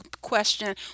question